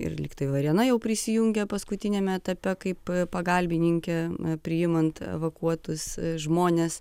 ir lygtai varėna jau prisijungė paskutiniame etape kaip pagalbininkė priimant evakuotus žmones